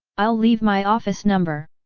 i'll leave my office number!